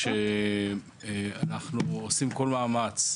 שאנחנו עושים כל מאמץ,